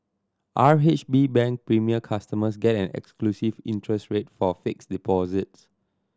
R H B Bank Premier customers get an exclusive interest rate for fixed deposits